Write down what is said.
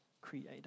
creator